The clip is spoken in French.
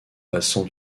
passant